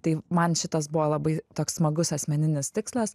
tai man šitas buvo labai toks smagus asmeninis tikslas